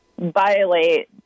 violate